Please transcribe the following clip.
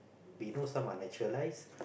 we know some are naturalised